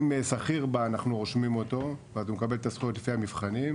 אם שכיר בא אנחנו רושמים אותו ואז הוא מקבל את הזכויות לפי המבחנים,